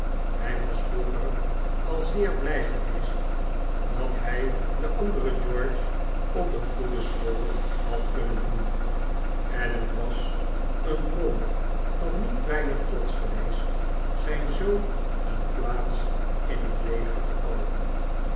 hij was vroeger al zeer blij geweest dat hij den anderen george op een goede school had kunnen doen en het was een bron van niet weinig trots geweest zijn zoon een plaats in het leger te koopen